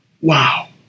wow